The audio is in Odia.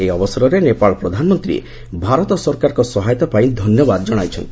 ଏହି ଅବସରରେ ନେପାଳ ପ୍ରଧାନମନ୍ତ୍ରୀ ଭାରତ ସରକାରଙ୍କ ସହାୟତା ପାଇଁ ଧନ୍ୟବାଦ ଜଣାଇଛନ୍ତି